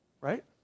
right